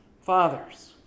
fathers